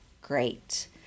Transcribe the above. great